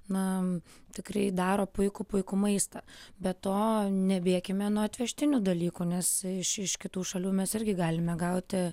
na tikrai daro puikų puikų maistą be to nebėkime nuo atvežtinių dalykų nes iš iš kitų šalių mes irgi galime gauti